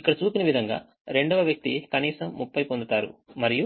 ఇక్కడ చూపిన విధంగా రెండవ వ్యక్తి కనీసం 30 పొందుతారు మరియు